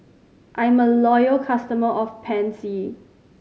I'm a loyal customer of Pansy